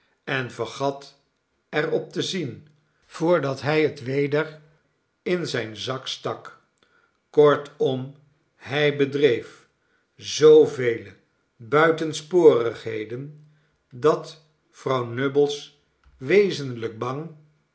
en vergat er op te zien voordat hij het weder in zijn zak stak kortom hij bedreef zoovele buitensporigheden dat vrouw nubbles wezenlijk bang